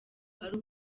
ari